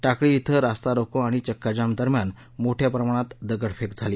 टाकळी इथं रास्ता रोको आणि चक्काजाम दरम्यान मोठ्या प्रमाणात दगडफेक झाली